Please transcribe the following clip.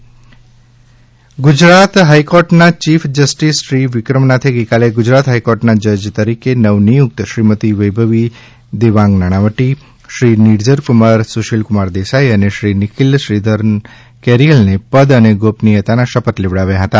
ગુજરાત હાઈકોર્ટમાં ત્રણ જજની શપથવિધિ ગુજરાત હાઇકૉર્ટના ચીફ જસ્ટિસ શ્રી વિક્રમનાથે ગઈકાલે ગુજરાત હાઇકૉર્ટના જજ તરીકે નવનિયુક્ત શ્રીમતી વૈભવી દેવાંગ નાણાવટી શ્રી નિર્ઝરકુમાર સુશીલકુમાર દેસાઈ અને શ્રી નિખિલ શ્રીધરન કેરિઅલને પદ અને ગોપનીયતાના શપથ લેવડાવ્યા હતા